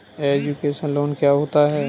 Education loan क्या होता है?